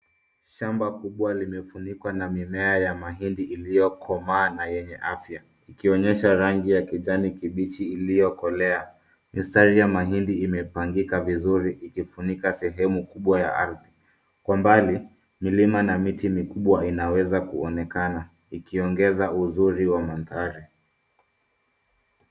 Shamba kubwa limefunikwa na mimea ya mahindi iliyokomaa na yenye afya. Ikionyesha rangi ya kijani kibichi iliyokolea. Mistari ya mahindi imepangika vizuri ikifunika sehemu kubwa ya ardhi. Kwa mbali milima na miti mikubwa inaweza kunaonekana ikiongeza uzuri wa makazi.